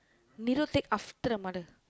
Niru take after the mother